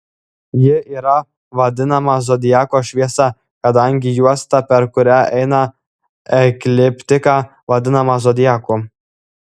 ji yra vadinama zodiako šviesa kadangi juosta per kurią eina ekliptika vadinama zodiaku